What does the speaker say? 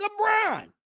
LeBron